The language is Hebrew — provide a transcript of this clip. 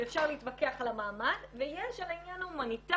שאפשר להתווכח על המעמד ויש על העניין ההומניטרי,